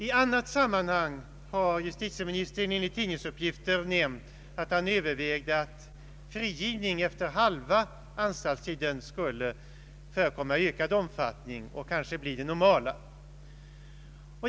I annat sammanhang har justitieministern, enligt tidningsuppgifter, nämnt att han överväger att frigivning efter halva anstaltstiden skulle förekomma i ökad omfattning och kanske rent av bli det normala.